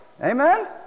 Amen